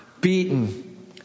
beaten